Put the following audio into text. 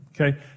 Okay